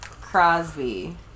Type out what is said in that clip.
Crosby